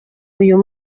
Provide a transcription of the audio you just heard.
uyu